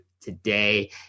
today